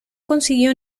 consiguió